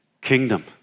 kingdom